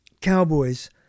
cowboys